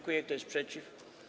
Kto jest przeciw?